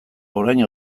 orain